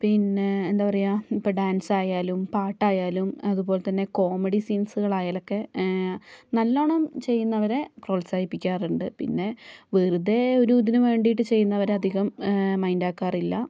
പിന്നെ എന്താപറയുക ഇപ്പോൾ ഡാൻസായാലും പാട്ടായാലും അതുപോലെത്തന്നെ കോമഡി സീൻസുകളായാലൊക്കെ നല്ലവണ്ണം ചെയ്യുന്നവരെ പ്രോത്സാഹിപ്പിക്കാറുണ്ട് പിന്നെ വെറുതേ ഒരിതിനു വേണ്ടിയിട്ട് ചെയ്യുന്നവരെ അധികം മൈൻഡ് ആക്കാറില്ല